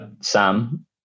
Sam